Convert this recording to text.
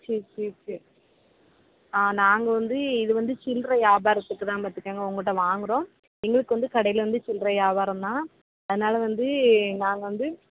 சரி சரி சரி ஆ நாங்கள் வந்து இது வந்து சில்றரை வியாபாரத்துக்கு தான் பார்த்துக்கோங்க உங்ககிட்ட வாங்குகிறோம் எங்களுக்கு வந்து கடையில் வந்து சில்றரை வியாபாரம் தான் அதனால் வந்து நாங்கள் வந்து